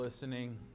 listening